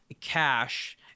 cash